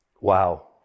Wow